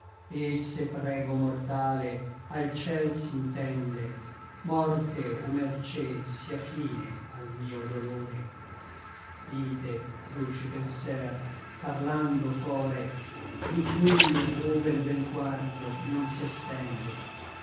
et se prego mortale al ciel s'intende morte o mercé sia fine al mio dolore ite dolci penser parlando fore di quello ove l bel guardo non s'estende